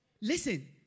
Listen